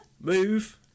Move